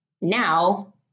Now